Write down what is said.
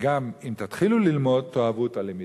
וגם אם תתחילו ללמוד תאהבו את הלמידה.